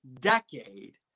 decade